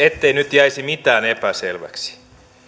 ettei nyt jäisi mitään epäselväksi